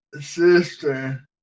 sister